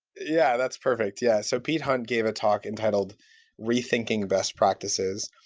yeah, that's perfect. yeah. so pete hunt gave a talk entitled rethinking best practices,